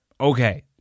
Okay